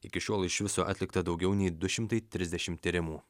iki šiol iš viso atlikta daugiau nei du šimtai trisdešim tyrimų